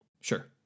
Sure